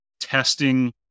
testing